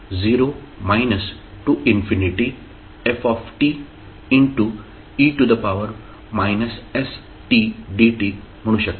e st dt म्हणू शकता